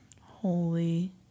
Holy